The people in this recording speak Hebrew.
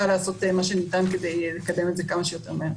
לעשות מה שניתן כדי לקדם את זה כמה שיותר מהר.